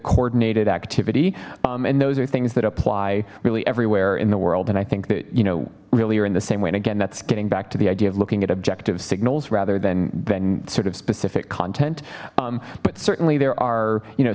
coordinated activity and those are things that apply really everywhere in the world and i think that you know really are in the same way and again that's getting back to the idea of looking at objective signals rather than then sort of specific content but certainly there are